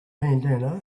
bandanna